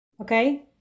Okay